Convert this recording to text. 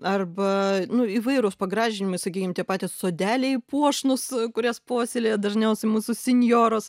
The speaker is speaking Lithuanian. arba nu įvairūs pagražinimai sakykim tie patys sodeliai puošnūs kurias puoselėja dažniausiai mūsų sinjoros